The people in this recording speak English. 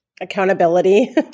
Accountability